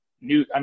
new